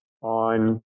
on